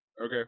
Okay